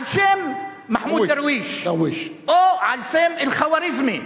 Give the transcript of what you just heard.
שם מחמוד דרוויש או על שם אל-ח'ואריזמי,